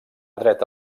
dreta